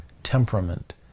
Temperament